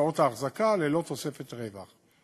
הוצאות האחזקה, ללא תוספת רווח.